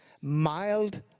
Mild